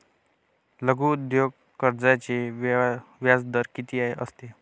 लघु उद्योग कर्जाचे व्याजदर किती असते?